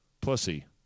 Pussy